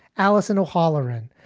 allison o'halloran,